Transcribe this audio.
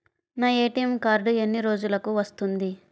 నా ATM card ఎన్ని రోజులకు వస్తుంది?